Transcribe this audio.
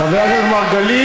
שבזכותו העולם הקיים,